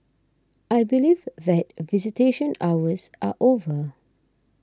I believe that visitation hours are over